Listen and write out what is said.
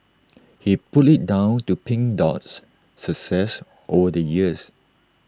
he put IT down to pink Dot's success over the years